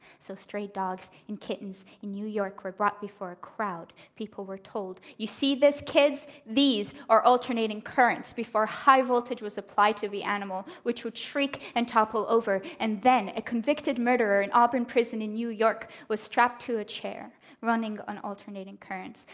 so stray dogs and kittens in new york were brought before a crowd. people were told, you see this, kids? these are alternating currents! before high voltage was applied to the animal, which would shriek and topple over. and then a convicted murderer in auburn prison in new york was strapped to a chair running on alternating currents.